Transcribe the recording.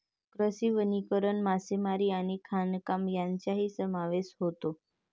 कृषी वनीकरणात मासेमारी आणि खाणकाम यांचाही समावेश होतो